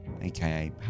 aka